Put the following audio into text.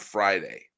Friday